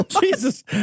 Jesus